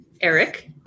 eric